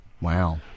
Wow